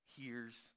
hears